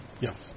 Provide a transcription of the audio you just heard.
Yes